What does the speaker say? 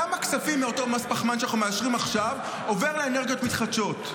כמה כספים מאותו מס פחמן שאנחנו מאשרים עכשיו עוברים לאנרגיות מתחדשות.